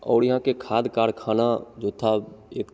और यहाँ का खाद कारख़ाना जो था एक